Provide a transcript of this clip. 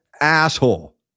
asshole